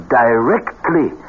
directly